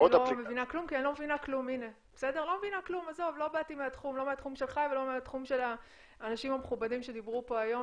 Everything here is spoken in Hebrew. עוד אפליקציה --- לא מקבלת את זה.